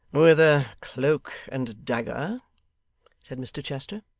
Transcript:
with a cloak and dagger said mr chester.